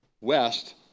west